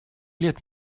лет